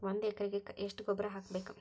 ಒಂದ್ ಎಕರೆಗೆ ಎಷ್ಟ ಗೊಬ್ಬರ ಹಾಕ್ಬೇಕ್?